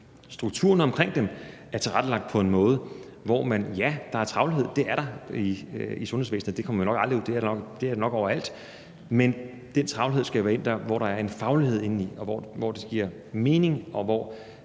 strukturerne omkring dem er tilrettelagt på en måde, hvor, ja, der er travlhed – det er der i sundhedsvæsenet, det er der nok overalt – men den travlhed skal jo være en, som der er en faglighed i, og som giver mening, og hvor